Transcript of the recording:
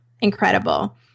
incredible